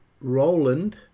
Roland